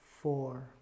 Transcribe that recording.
four